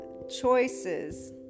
choices